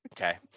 Okay